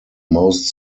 most